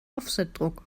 offsetdruck